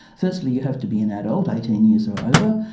firstly you have to be an adult, eighteen years or over.